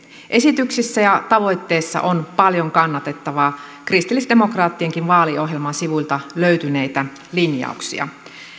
esityksissä ja tavoitteissa on paljon kannatettavaa kristillisdemokraattienkin vaaliohjelman sivuilta löytyneitä linjauksia